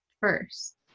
first